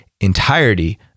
entirety